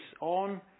on